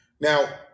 Now